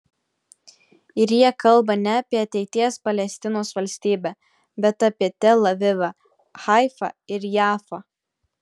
ir jie kalba ne apie ateities palestinos valstybę bet apie tel avivą haifą ir jafą